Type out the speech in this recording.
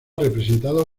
representado